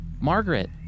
Margaret